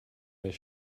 this